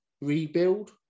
rebuild